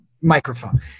microphone